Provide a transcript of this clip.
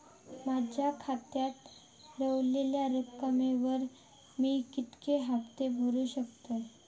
माझ्या खात्यात रव्हलेल्या रकमेवर मी किती हफ्ते भरू शकतय?